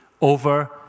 over